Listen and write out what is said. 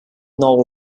novel